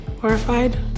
horrified